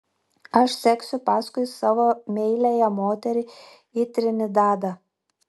aš seksiu paskui savo meiliąją moterį į trinidadą